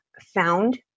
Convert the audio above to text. found